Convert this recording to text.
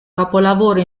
capolavoro